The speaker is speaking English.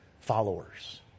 followers